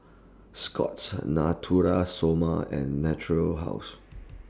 Scott's Natura Stoma and Natura House